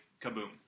kaboom